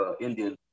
Indian